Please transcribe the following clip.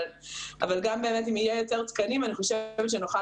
אבל גם אם באמת יהיו יותר תקנים אני חושבת שנוכל